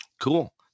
Cool